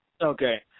Okay